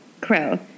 Crow